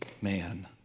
man